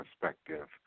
perspective